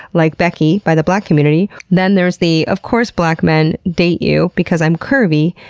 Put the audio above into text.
like becky, by the black community. then there's the of course black men date you because i'm curvy,